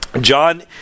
John